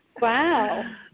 Wow